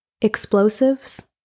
Explosives